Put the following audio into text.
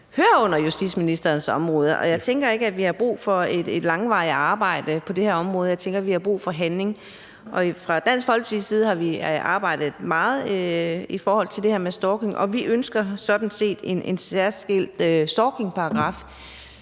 hører under justitsministerens område, og jeg tænker ikke, at vi har brug for et langvarigt arbejde på det her område. Jeg tænker, at vi har brug for handling. Og fra Dansk Folkepartis side har vi arbejdet meget i forhold til det her med stalking, og vi ønsker sådan set en særskilt stalkingparagraf